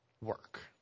work